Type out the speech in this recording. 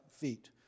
feet